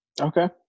Okay